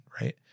right